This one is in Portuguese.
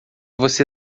você